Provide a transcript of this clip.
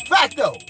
Facto